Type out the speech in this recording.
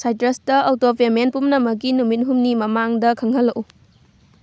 ꯁꯥꯏꯇ꯭ꯔꯁꯇ auto payment ꯄꯨꯝꯅꯃꯛꯀꯤ ꯅꯨꯃꯤꯠ ꯍꯨꯝꯅꯤ ꯃꯃꯥꯡꯗ ꯈꯪꯍꯜꯂꯛꯎ